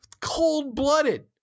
Cold-blooded